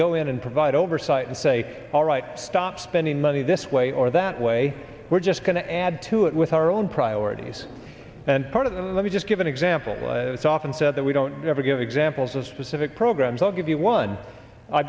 go in and provide oversight and say all right stop spending money this way or that way we're just going to add to it with our own priorities and part of the let me just give an example it's often said that we don't ever give examples of specific programs i'll give you one